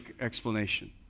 explanation